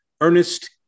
Ernest